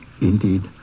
Indeed